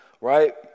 Right